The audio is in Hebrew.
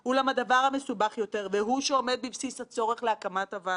אי אפשר לבדוק רק את הרווחיות של הבנקים כפרמטר יחיד ליציבותם,